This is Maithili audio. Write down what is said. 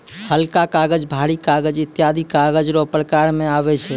हलका कागज, भारी कागज ईत्यादी कागज रो प्रकार मे आबै छै